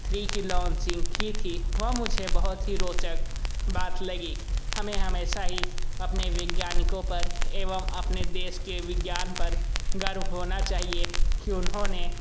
three की launching की थी वह मुझे बहुत ही रोचक बात लगी हमें हमेशा ही अपने वैज्ञानिकों पर एवं अपने देश के विज्ञान पर गर्व होना चाहिए कि उन्होंने